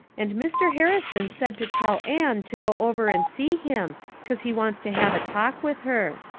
and mr. harrison said to tell anne to go over and see him cause he wants to have a talk with her.